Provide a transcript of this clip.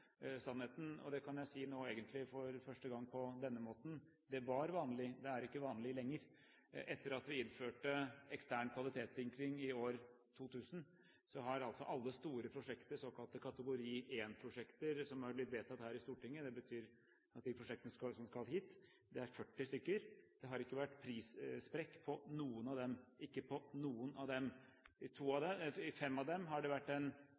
Sannheten er – og det kan jeg egentlig nå si for første gang på denne måten – at det var vanlig, det er ikke vanlig lenger. Etter at vi innførte ekstern kvalitetssikring i år 2000 når det gjelder alle store prosjekter, såkalte kategori 1-prosjekter, som har blitt vedtatt her i Stortinget – det betyr at de prosjektene skal hit, det er 40 stykker – har det ikke vært prissprekk på noen av dem – ikke på noen av dem! I fem av dem har det vært en